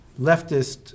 leftist